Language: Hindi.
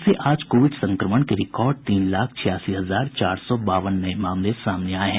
देश भर से आज कोविड संक्रमण के रिकॉर्ड तीन लाख छियासी हजार चार सौ बावन नये मामले सामने आये हैं